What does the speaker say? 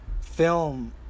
film